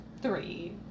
Three